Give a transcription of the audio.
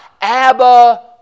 Abba